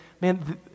man